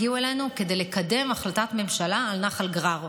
הגיעו אלינו כדי לקדם החלטת ממשלה על נחל גרר,